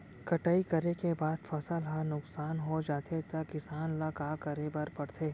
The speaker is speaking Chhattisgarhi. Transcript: कटाई करे के बाद फसल ह नुकसान हो जाथे त किसान ल का करे बर पढ़थे?